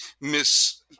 miss